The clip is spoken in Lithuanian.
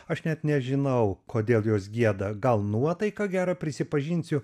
aš net nežinau kodėl jos gieda gal nuotaika gera prisipažinsiu